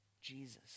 Jesus